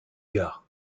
gard